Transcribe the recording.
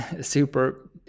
super